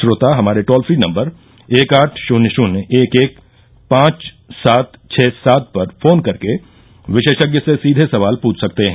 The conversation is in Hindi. श्रोता हमारे टोल फ्री नम्बर एक आठ शून्य शून्य एक एक पांच सात छ सात पर फोन करके विशेषज्ञ से सीधे सवाल पूछ सकते हैं